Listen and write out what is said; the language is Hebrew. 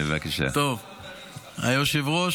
היושב-ראש,